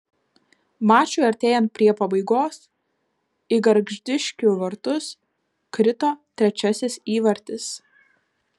mačui artėjant prie pabaigos į gargždiškių vartus krito trečiasis įvartis